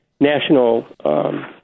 National